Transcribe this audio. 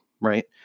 right